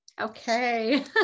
Okay